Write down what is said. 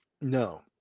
no